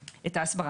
ההסברה.